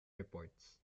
reports